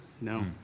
No